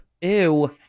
Ew